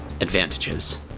advantages